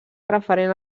referent